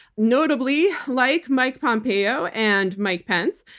notably, like mike pompeo and mike pence,